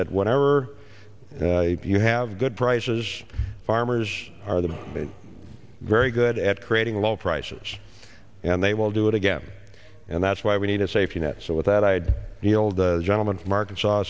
that whatever you have good prices farmers are the very good at creating low prices and they will do it again and that's why we need a safety net so with that i had the old gentleman from arkansas